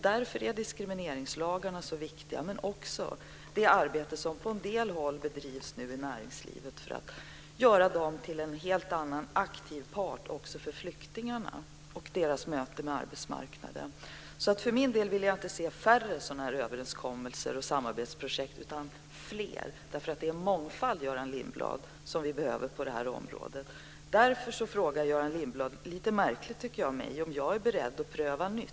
Därför är diskrimineringslagarna så viktiga. Det gäller också det arbete som nu bedrivs på en del håll i näringslivet. Näringslivet ska bli en mer aktiv part när det gäller flyktingarnas möte med arbetsmarknaden. För min del vill jag inte se färre överenskommelser och samarbetsprojekt, utan fler. Det är mångfald vi behöver på detta område, Göran Lindblad. Göran Lindblad frågar mig - lite märkligt, tycker jag - om jag är beredd att pröva nytt.